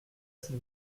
s’il